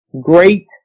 great